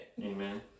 Amen